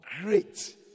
great